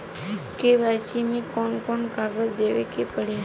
KYC मे कौन कौन कागज देवे के पड़ी?